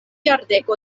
jardeko